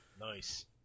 Nice